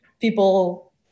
people